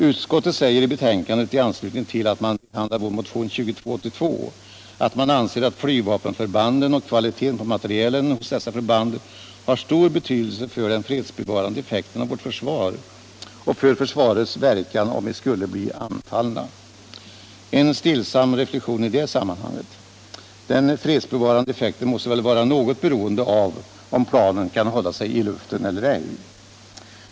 Utskottet säger i betänkandet i anslutning till att man behandlar vår motion 2282 att man anser att flygvapenförbanden och kvaliteten på materielen hos dessa förband har stor betydelse för den fredsbevarande effekten av vårt försvar och för försvarets verkan om vi skulle bli anfallna. En stillsam reflexion i det sammanhanget: Den fredsbevarande effekten måste väl vara något beroende av om planen kan hålla sig i luften eller ej.